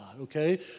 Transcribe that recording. okay